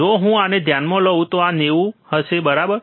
જો હું આને ધ્યાનમાં લઉં તો આ 90 હશે બરાબર